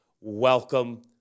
Welcome